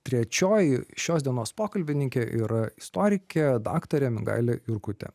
trečioji šios dienos pokalbininkė yra istorikė daktarė mingailė jurkutė